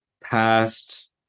past